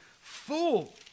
fool